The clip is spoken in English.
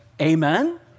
Amen